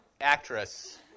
actress